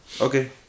okay